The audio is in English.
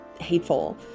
hateful